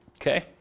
Okay